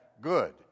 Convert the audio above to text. good